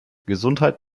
gesundheit